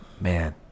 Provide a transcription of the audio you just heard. Man